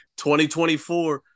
2024